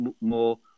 more